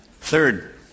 Third